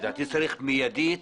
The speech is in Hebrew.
לדעתי צריך מיידית